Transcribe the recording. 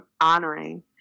honoring